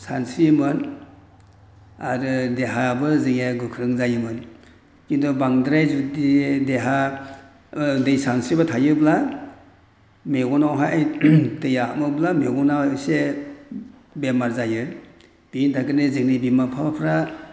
सानस्रियोमोन आरो देहायाबो जोंनिया गोख्रों जायोमोन किन्तु बांद्राय जुदियै देहा दै सानस्रिबाय थायोब्ला मेगनावहाय दैआ मब्ला मेगनाव इसे बेमार जायो बेनि थाखायनो जोंंनि बिमा बिफाफोरा